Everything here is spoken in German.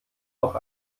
noch